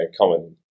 common